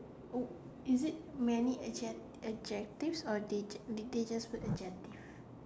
is it many adjectives or did did they just put adjective